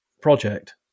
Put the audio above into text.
project